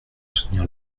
soutenir